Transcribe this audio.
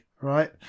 right